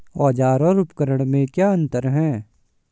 औज़ार और उपकरण में क्या अंतर है?